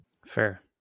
Fair